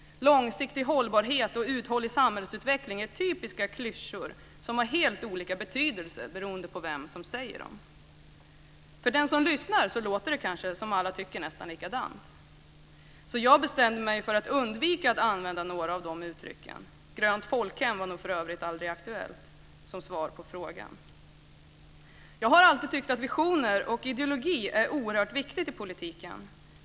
"Långsiktig hållbarhet" och "uthållig samhällsutveckling" är typiska klyschor som har helt olika betydelse beroende på vem som säger det. För den som lyssnar låter det kanske som om alla tycker nästan likadant. Så jag bestämde mig för att undvika att använda några av de uttrycken. "Grönt folkhem" var nog för övrigt aldrig aktuellt som svar på frågan. Jag har alltid tyckt att visioner och ideologi är oerhört viktigt i politiken.